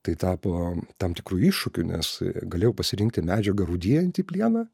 tai tapo tam tikru iššūkiu nes galėjau pasirinkti medžiagą rūdijantį plieną